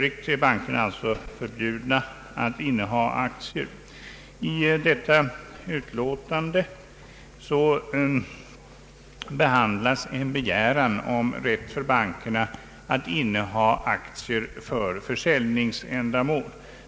I detta utlåtande behandlas en begäran om rätt för bankerna att inneha aktier för försäljningsändamål.